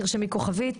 תרשמי כוכבית.